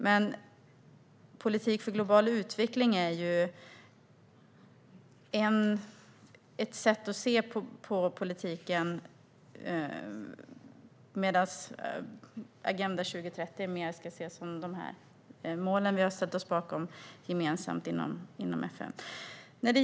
Men politik för global utveckling är ju ett sätt att se på politiken, medan Agenda 2030 mer ska ses som de mål vi ställt oss bakom gemensamt inom FN.